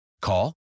Call